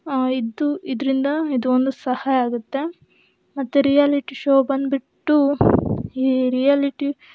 ಇದ್ದು ಇದರಿಂದ ಇದು ಒಂದು ಸಹಾಯ ಆಗುತ್ತೆ ಮತ್ತು ರಿಯಾಲಿಟಿ ಶೋ ಬಂದುಬಿಟ್ಟು ಈ ರಿಯಾಲಿಟಿ